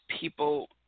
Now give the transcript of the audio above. people